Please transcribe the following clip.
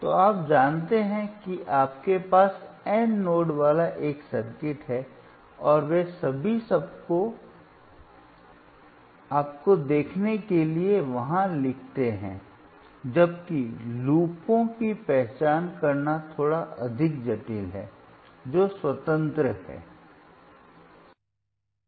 तो आप जानते हैं कि आपके पास n नोड्स वाला एक सर्किट है और वे सभी आपको देखने के लिए वहां लिखते हैं जबकि लूपों की पहचान करना थोड़ा अधिक जटिल है जो स्वतंत्र हैं